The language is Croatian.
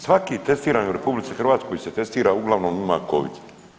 Svaki testirani u RH se testira uglavnom ima covid.